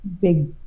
big